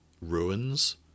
ruins